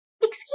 Excuse